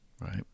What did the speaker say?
Right